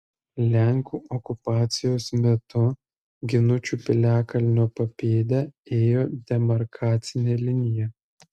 lenkų okupacijos metu ginučių piliakalnio papėde ėjo demarkacinė linija